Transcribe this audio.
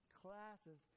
classes